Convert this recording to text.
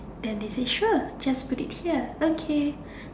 then they say sure just put it here okay